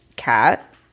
Cat